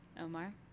omar